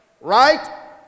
Right